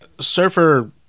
Surfer